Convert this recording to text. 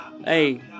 Hey